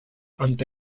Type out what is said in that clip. ante